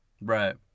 Right